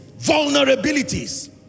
vulnerabilities